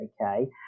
okay